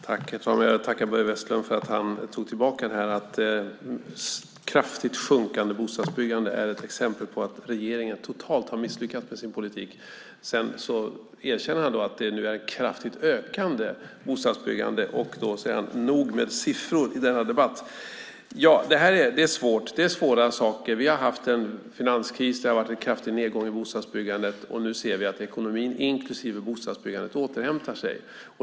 Herr talman! Jag tackar Börje Vestlund för att han tog tillbaka påståendet att kraftigt minskande bostadsbyggande är ett exempel på att regeringen totalt har misslyckats med sin politik. Han erkänner nu att det är kraftigt ökande bostadsbyggande och säger sedan: "Nog om siffror i denna debatt!" Ja, det här är svåra saker. Vi har haft en finanskris. Det har varit en kraftig nedgång i bostadsbyggandet. Nu ser vi att ekonomin inklusive bostadsbyggandet återhämtar sig.